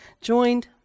joined